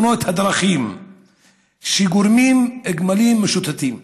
תאונות הדרכים שגורמים גמלים משוטטים.